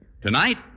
Tonight